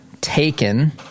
taken